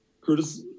Curtis